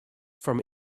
from